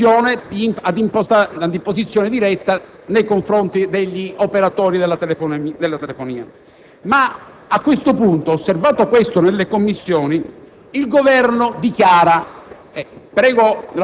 minor tassazione ad imposizione diretta nei confronti degli operatori di telefonia. A questo punto, osservato questo nelle Commissioni, il Governo dichiara...